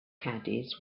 caddies